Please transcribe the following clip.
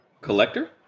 Collector